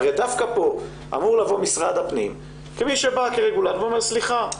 הרי דווקא פה אמור לבוא משרד הפנים כרגולטור ולומר: סליחה.